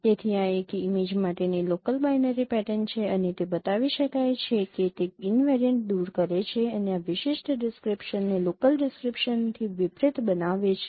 તેથી આ એક ઇમેજ માટેની લોકલ બાઈનરી પેટર્ન છે અને તે બતાવી શકાય છે કે તે ઈનવેરિયન્ટ દૂર કરે છે અને આ વિશિષ્ટ ડિસ્ક્રિપ્શન ને લોકલ ડિસ્ક્રિપ્શન્સથી વિપરીત બનાવે છે